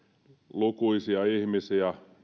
lukuisia ihmisiä ja